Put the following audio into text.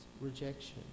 rejection